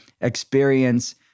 experience